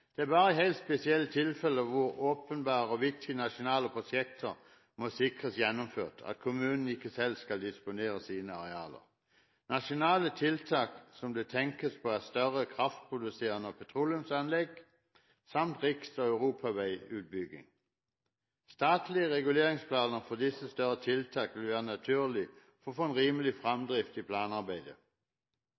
Det er bare i helt spesielle tilfeller, hvor åpenbare og viktige nasjonale prosjekter må sikres gjennomført, at kommunene ikke selv skal disponere sine arealer. Nasjonale tiltak som det tenkes på, er større kraftproduserende anlegg og petroleumsanlegg samt riks- og europaveiutbygging. Statlige reguleringsplaner for disse større tiltakene vil være naturlig for å få en rimelig fremdrift i planarbeidet.